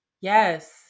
yes